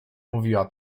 mówiła